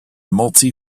multi